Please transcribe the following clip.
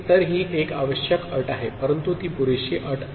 तर ही एक आवश्यक अट आहे परंतु ती पुरेशी अट नाही